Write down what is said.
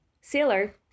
sailor